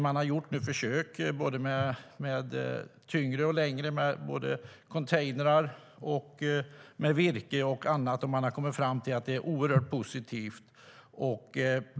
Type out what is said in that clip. Man har gjort försök både med tyngre och längre och med containrar, virke och annat, och man har kommit fram till att det är oerhört positivt.